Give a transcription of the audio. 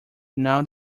now